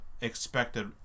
expected